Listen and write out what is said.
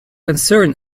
concern